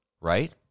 right